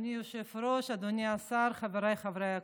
אדוני היושב-ראש, אדוני השר, חבריי חברי הכנסת,